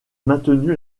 maintenu